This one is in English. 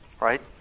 right